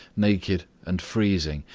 naked and freezing.